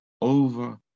over